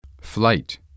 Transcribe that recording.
Flight